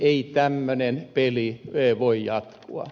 ei tämmöinen peli voi jatkua